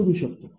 शोधू शकतो